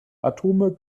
atome